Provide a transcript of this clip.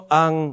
ang